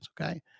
okay